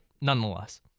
nonetheless